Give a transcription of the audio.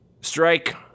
strike